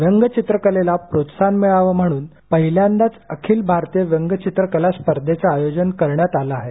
व्यंगचित्रकलेला प्रोत्सहन मिळावं म्हणून पहिल्यांदाच अखिल भारतीय व्यंगचित्रकला स्पर्धेचं आयोजन करण्यात आलं होतं